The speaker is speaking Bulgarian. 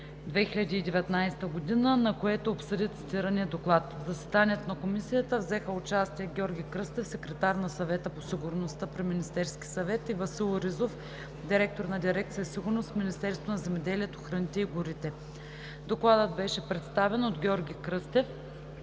2019 г., на което обсъди цитирания доклад. В заседанието на Комисията взеха участие: Георги Кръстев – секретар на Съвета по сигурността при Министерския съвет, и Васил Ризов – директор на дирекция „Сигурност“ в Министерството на земеделието, храните и горите. Докладът беше представен от Георги Кръстев.